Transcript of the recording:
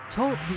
Talk